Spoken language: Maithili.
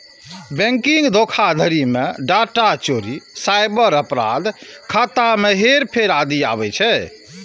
बैंकिंग धोखाधड़ी मे डाटा चोरी, साइबर अपराध, खाता मे हेरफेर आदि आबै छै